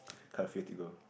quite a few to go